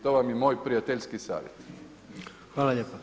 To vam je moj prijateljski savjet.